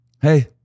hey